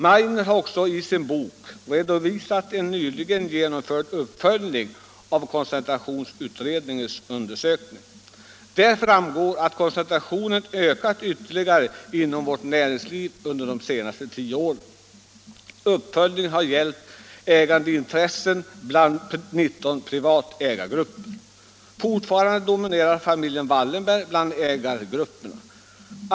Meidner har också i sin bok redovisat en nyligen genomförd uppföljning av koncentrationsutredningens undersökning. Där framgår att koncentrationen ökat ytterligare inom vårt näringsliv under de senaste tio åren. Uppföljningen har gällt ägandeintressen bland 19 privata ägargrupper. Fortfarande dominerar familjen Wallenberg bland ägargrupperna.